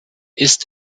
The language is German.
ist